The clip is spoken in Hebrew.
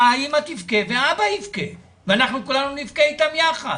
האמא תבכה והאבא יבכה ואנחנו כולנו נבכה איתם יחד.